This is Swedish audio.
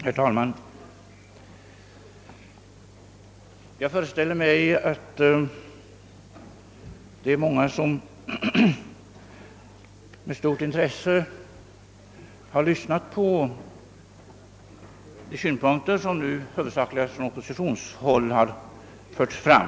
Herr talman! Jag föreställer mig att många med stort intresse lyssnat på de synpunkter som, huvudsakligast från oppositionshåll, förts fram.